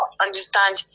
understand